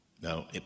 Now